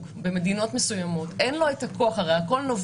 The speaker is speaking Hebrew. במדינות מסוימות אך אין לו את הכוח לגרש.